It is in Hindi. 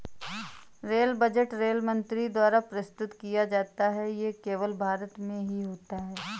रेल बज़ट रेल मंत्री द्वारा प्रस्तुत किया जाता है ये केवल भारत में ही होता है